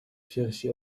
piersi